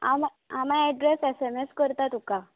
आ मा आ माई एड्रॅस एस एम एस करता तुका